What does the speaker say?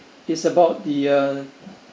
it's about the uh